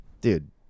Dude